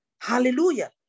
Hallelujah